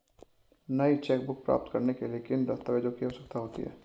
नई चेकबुक प्राप्त करने के लिए किन दस्तावेज़ों की आवश्यकता होती है?